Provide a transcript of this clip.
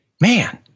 man